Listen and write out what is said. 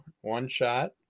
one-shot